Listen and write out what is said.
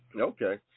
Okay